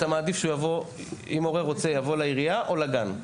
אתה מעדיף שאם הורה רוצה הוא יבוא לעירייה או לגן?